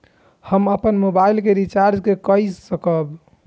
हम अपन मोबाइल के रिचार्ज के कई सकाब?